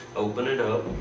opened it up.